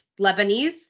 Lebanese